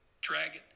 Dragon